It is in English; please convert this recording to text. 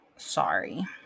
Sorry